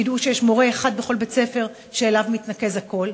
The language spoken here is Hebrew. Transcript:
שידעו שיש מורה אחד בכל בית-ספר שאליו מתנקז הכול.